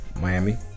Miami